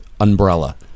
Umbrella